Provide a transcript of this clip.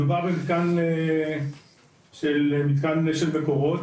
מדובר במתקן שהוא מתקן של מקורות,